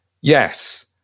yes